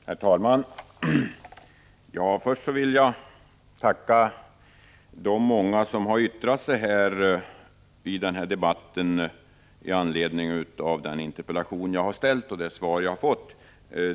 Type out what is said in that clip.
Herr talman! Först vill jag tacka de många som har yttrat sig i denna debatt i anledning av den interpellation som jag har framställt och det svar som jag har fått.